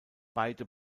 beide